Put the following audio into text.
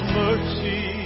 mercy